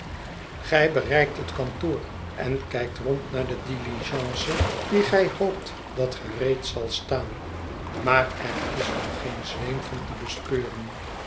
gij bereikt het kantoor en kijkt rond naar de diligence die gij hoopt dat gereed zal staan maar er is nog geen zweem van te bespeuren